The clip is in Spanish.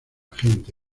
gente